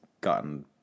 gotten